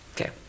okay